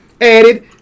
added